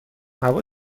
هوا